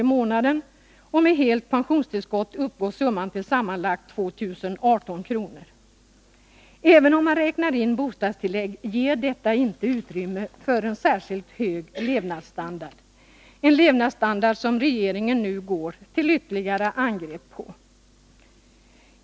i månaden, och med helt pensionstillskott uppgår summan till sammanlagt 2 018 kr. Även om man räknar in bostadstillägg ger detta inte utrymme för en särskilt hög levnadsstandard, en levnadsstandard som regeringen nu går till ytterligare angrepp mot.